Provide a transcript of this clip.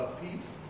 peace